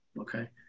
Okay